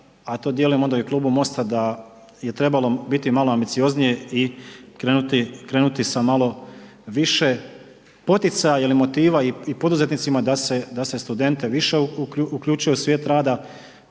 a to dijelim onda i u Klubu Mosta da je trebalo biti malo ambicioznije i krenuti sa malo više poticaja ili motiva i poduzetnicima da se studente više uključuje u svijet rada